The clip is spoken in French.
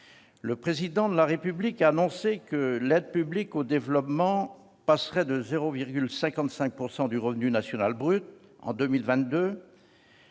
Le Président de la République a annoncé que l'aide publique au développement passerait à 0,55 % du revenu national brut en 2022.